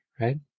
Right